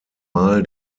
mal